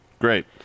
great